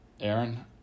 Aaron